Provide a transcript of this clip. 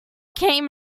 came